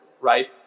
right